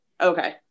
Okay